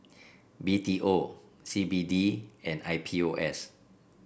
B T O C B D and I P O S